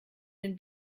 den